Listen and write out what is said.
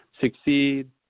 succeed